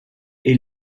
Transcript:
est